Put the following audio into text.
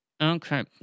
okay